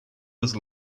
was